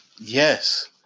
Yes